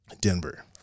Denver